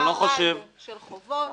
אבל אני לא חושב ------ של חובות,